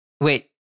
wait